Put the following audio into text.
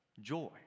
joy